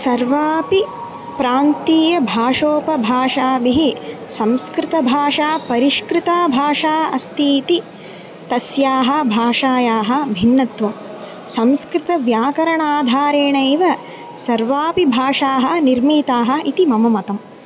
सर्वापि प्रान्तीयभाषोपभाषाभिः संस्कृतभाषा परिष्कृता भाषा अस्ति इति तस्याः भाषायाः भिन्नत्वं संस्कृतव्याकरणाधारेणैव सर्वापि भाषाः निर्मिताः इति मम मतम्